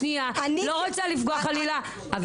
לא רוצה לפגוע חלילה.